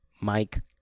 Mike